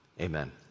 Amen